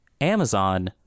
Amazon